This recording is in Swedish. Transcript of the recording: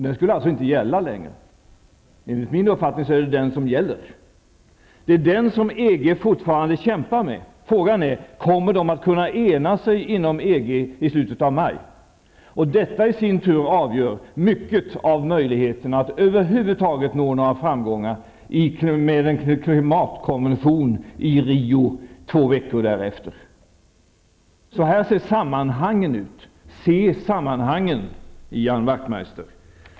Den skulle alltså inte gälla längre. Enligt min uppfattning är det den som gäller. Det är den som EG fortfarande kämpar med. Frågan är om de inom EG kommer att kunna ena sig i slutet av maj. Detta i sin tur avgör mycket av möjligheterna att över huvud taget nå några framgångar med en klimatkonvention i Rio två veckor därefter. Så ser sammanhangen ut. Se sammanhangen, Ian Wachtmeister!